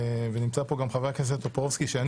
ונמצא פה גם חבר הכנסת טופורובסקי,